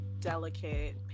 delicate